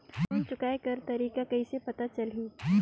Loan चुकाय कर तारीक कइसे पता चलही?